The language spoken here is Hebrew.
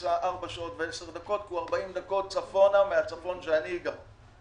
נסע ארבע שעות ו-10 דקות כי הוא 40 דקות צפונה מהצפון בו אני גר.